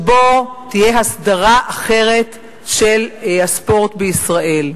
שבו תהיה הסדרה אחרת של הספורט בישראל,